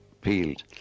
peeled